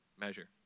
measure